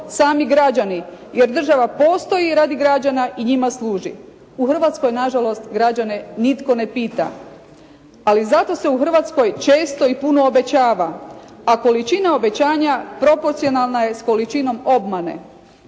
sami građani. Jer država postoji radi građana i njima služi. U Hrvatskoj nažalost građane nitko ne pita. Ali zato se u Hrvatskoj često i puno obećava. A količina obećanja proporcionalna je s količinom obmane.